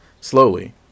Slowly